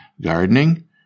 gardening